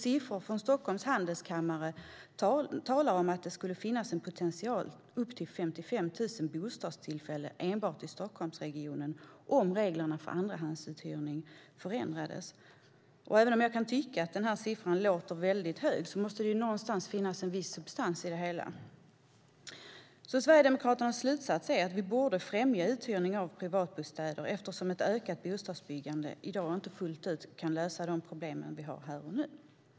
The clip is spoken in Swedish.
Siffror från Stockholms Handelskammare talar om att det skulle finnas potential för upp till 55 000 bostadstillfällen enbart i Stockholmsregionen om reglerna för andrahandsuthyrning förändrades. Och även om jag kan tycka att den siffran låter väldigt hög måste det ju finnas viss substans i den. Sverigedemokraternas slutsats är därför att vi borde främja uthyrning av privatbostäder eftersom ett ökat bostadsbyggande inte fullt ut kan lösa de problem vi har här och nu.